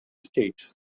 states